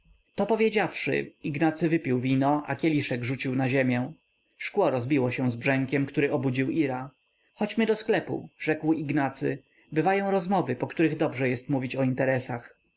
to powiedziawszy ignacy wypił wino a kieliszek rzucił na ziemię szkło rozbiło się z brzękiem który obudził ira chodźmy do sklepu rzekł ignacy bywają rozmowy po których dobrze jest mówić o interesach